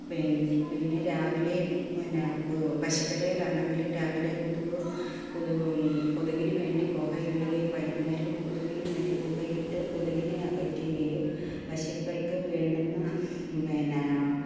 P പിന്നെ രാവിലെയും പിന്നെ പു പശുപ്പെരേലാണെങ്കിൽ രാവിലെ കൊതുക് കൊതുകും കൊതുകിനുവേണ്ടി പുക ഇടുകയും വൈകുന്നേരം കൊതുകിനുവേണ്ടി പുക ഇട്ടു കൊതുകിനെ അകറ്റുകയും പശുക്കൾക്കു വേണ്ടുന്ന പിന്നെ